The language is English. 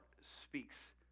speaks